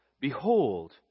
Behold